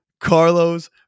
Carlos